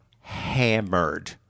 hammered